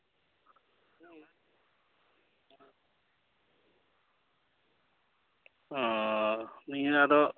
ᱚᱻ ᱱᱤᱭᱟᱹ ᱟᱫᱚ